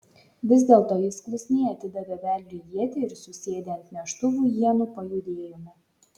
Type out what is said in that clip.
vis dėlto jis klusniai atidavė vedliui ietį ir susėdę ant neštuvų ienų pajudėjome